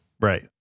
Right